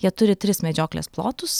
jie turi tris medžioklės plotus